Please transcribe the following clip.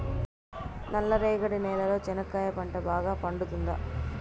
నల్ల రేగడి నేలలో చెనక్కాయ పంట బాగా పండుతుందా?